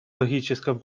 логическом